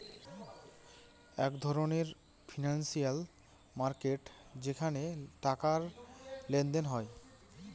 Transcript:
এক ধরনের financial market যেখানে টাকার লেনদেন হয়